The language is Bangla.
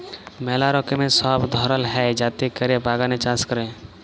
ম্যালা রকমের সব ধরল হ্যয় যাতে ক্যরে বাগানে চাষ ক্যরে